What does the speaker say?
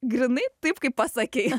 grynai taip kaip pasakei